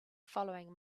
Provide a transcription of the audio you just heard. following